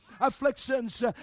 afflictions